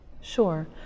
Sure